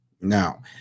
Now